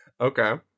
Okay